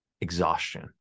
exhaustion